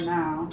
now